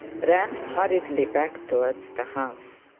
ran hurriedly back towards the house.